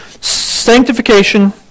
Sanctification